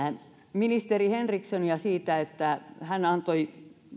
ministeri henrikssonia siitä että hän antoi